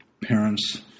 Parents